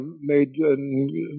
made